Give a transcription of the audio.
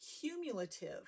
cumulative